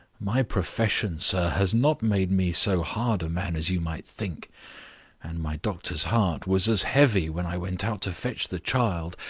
my profession, sir, has not made me so hard a man as you might think and my doctor's heart was as heavy, when i went out to fetch the child,